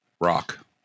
Rock